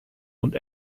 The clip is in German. und